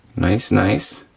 nice, nice,